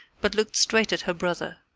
but looked straight at her brother.